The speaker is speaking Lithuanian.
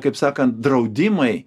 kaip sakant draudimai